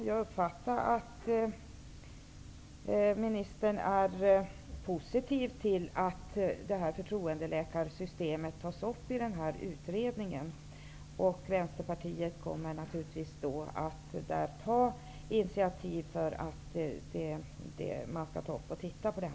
Jag uppfattade att ministern är positiv till att frågan om förtroendeläkarsystemet tas upp av utredningen. Vänsterpartiet kommer naturligtvis att ta initiativ till att man skall titta på detta.